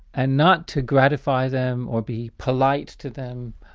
and not to gratify them or be polite to them.